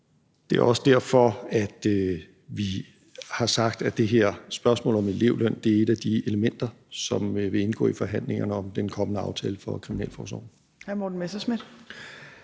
Det er også derfor, at vi har sagt, at det her spørgsmål om elevløn er et af de elementer, som vil indgå i forhandlingerne om den kommende aftale for kriminalforsorgen.